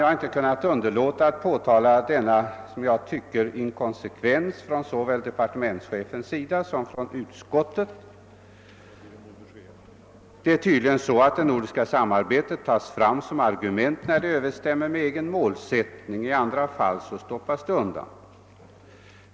Jag har inte kunnat underlåta att påtala denna, som jag uppfattar det, inkonsekvens som såväl departementschef som utskott gör sig skyldiga till. Det är tydligen så att det nordiska samarbetet tas fram som argument när det överensstämmer med den egna målsättningen; i andra fall stoppas det undan.